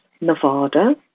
Nevada